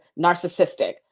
narcissistic